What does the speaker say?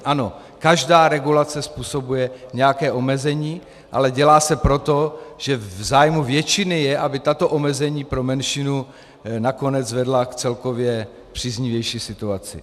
Ano, každá regulace způsobuje nějaké omezení, ale dělá se proto, že v zájmu většiny je, aby tato omezení pro menšinu nakonec vedla k celkově příznivější situaci.